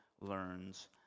learns